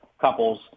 couples